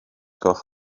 gwelwch